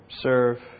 Serve